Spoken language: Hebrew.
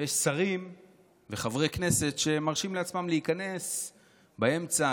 ויש שרים וחברי כנסת שמרשים לעצמם להיכנס באמצע.